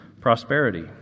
prosperity